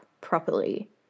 properly